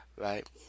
Right